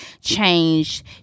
changed